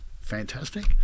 Fantastic